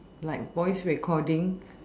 like voice recording